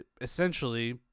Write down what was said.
essentially